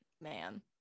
man